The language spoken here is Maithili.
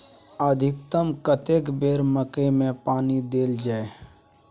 अधिकतम कतेक बेर मकई मे पानी देल जाय?